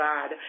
God